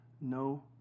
no